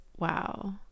Wow